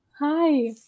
Hi